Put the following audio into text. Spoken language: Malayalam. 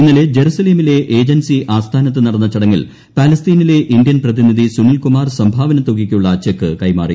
ഇന്നലെ ജറുസലെമിലെ ഏജൻസി ആസ്ഥാനത്ത് നടന്ന ചടങ്ങിൽ പാലസ്തീനിലെ ഇന്ത്യൻ പ്രതിനിധി സുനിൽ കുമാർ സംഭാവന തുകയ്ക്കുള്ള ചെക്ക് കൈമാറി